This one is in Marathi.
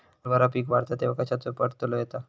हरभरा पीक वाढता तेव्हा कश्याचो अडथलो येता?